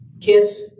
Kiss